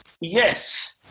Yes